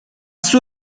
suo